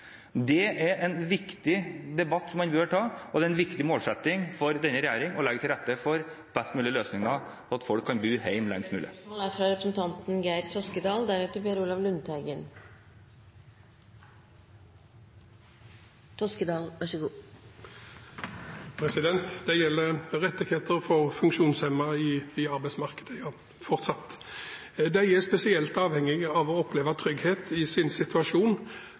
Det er en viktig debatt som vi bør ta, og det er en viktig målsetting for denne regjeringen å legge til rette for best mulige løsninger for at folk kan bo hjemme lengst mulig. Geir Toskedal – til oppfølgingsspørsmål. Det gjelder fortsatt rettigheter for funksjonshemmede i arbeidsmarkedet. De er spesielt avhengige av å oppleve trygghet i sin situasjon.